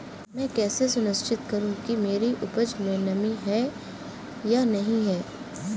मैं कैसे सुनिश्चित करूँ कि मेरी उपज में नमी है या नहीं है?